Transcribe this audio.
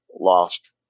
lost